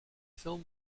film